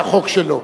בחוק שלו.